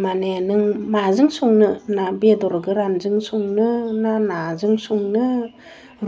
मानि नों माजों संनो ना बेदर गोरानजों संनो ना नाजों संनो